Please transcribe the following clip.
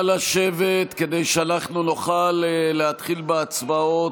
לשבת, כדי שאנחנו נוכל להתחיל בהצבעות,